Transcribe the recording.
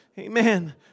Amen